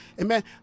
amen